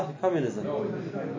communism